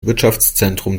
wirtschaftszentrum